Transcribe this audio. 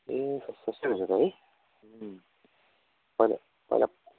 ए सस्तै रहेछ त है पहिला पहिला